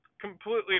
completely